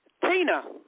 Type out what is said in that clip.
Tina